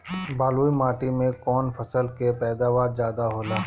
बालुई माटी में कौन फसल के पैदावार ज्यादा होला?